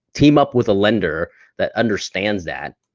team up with a lender that understands that,